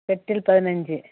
கட்டில் பதினஞ்சு